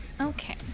Okay